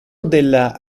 della